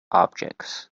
objects